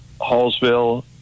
Hallsville